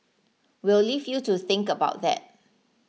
we'll leave you to think about that